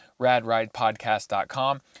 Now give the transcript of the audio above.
RadRidePodcast.com